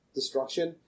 destruction